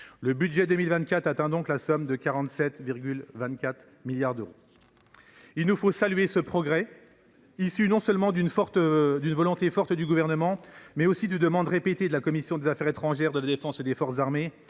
Le budget pour 2024 atteint donc la somme de 47,24 milliards d’euros. Il nous faut saluer ce progrès, fruit d’une volonté forte du Gouvernement, mais aussi de demandes répétées de la commission des affaires étrangères, de la défense et des forces armées